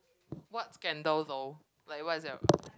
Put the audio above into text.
what scandal though like what is it about